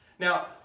Now